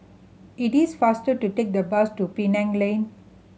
it is faster to take the bus to Penang Lane